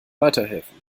weiterhelfen